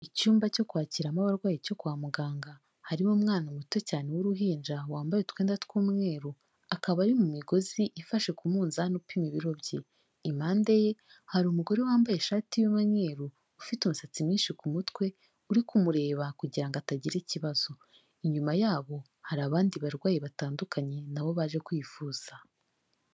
Icyumba cyo kwakiramo abarwayi cyo kwa muganga, harimo umwana muto cyane w'uruhinja wambaye utwenda tw'umweru, akaba ari mu migozi ifashe ku munzani upima ibiro bye. Impande ye hari umugore wambaye ishati y'umweru, ufite umusatsi mwinshi ku mutwe uri kumureba kugira ngo atagira ikibazo. Inyuma yabo hari abandi barwayi batandukanye na bo baje kwivuza.